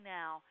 now